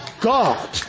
God